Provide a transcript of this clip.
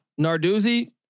Narduzzi